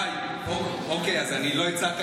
וואי, אוקיי, אז אני לא אצעק,